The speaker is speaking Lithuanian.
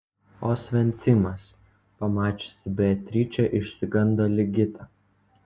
osvencimas pamačiusi beatričę išsigando ligita